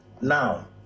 Now